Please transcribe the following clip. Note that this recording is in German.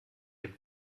dem